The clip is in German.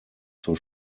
zur